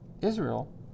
Israel